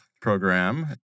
program